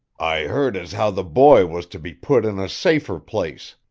i heard as how the boy was to be put in a safer place,